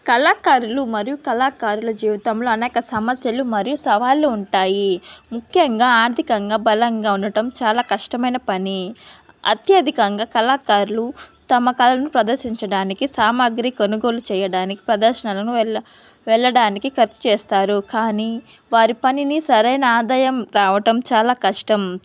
కళాకారులు మరియు కళాకారుల జీవితంలో అనేక సమస్యలు మరియు సవాళ్ళు ఉంటాయి ముఖ్యంగా ఆర్థికంగా బలంగా ఉండటం చాలా కష్టమైన పని అత్యధికంగా కళాకారులు తమ కళను ప్రదర్శించడానికి సామాగ్రి కొనుగోలు చేయడానికి ప్రదర్శనను వెళ్ళ వెళ్ళడానికి ఖర్చు చేస్తారు కానీ వారి పనిని సరైన ఆదాయం రావటం చాలా కష్టం